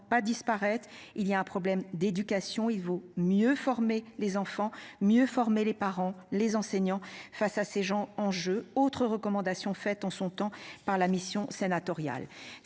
il y a un problème d'éducation, il vaut mieux former les enfants mieux former les parents, les enseignants face à ces gens en jeu. Autre recommandation faite en son temps par la mission sénatoriale.